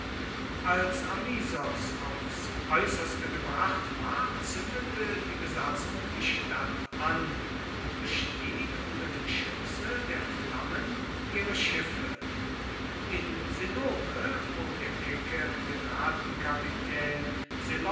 als amisos aufs äußerste gebracht war zündete die besatzung die stadt an und bestieg unter dem schutze der flammen ihre schiffe in sinope wo der kecke